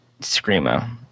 Screamo